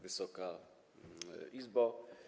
Wysoka Izbo!